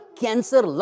cancer